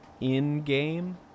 in-game